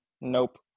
Nope